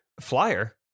Flyer